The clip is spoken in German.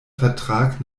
vertrag